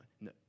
no